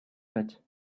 pit